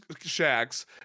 shacks